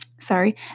Sorry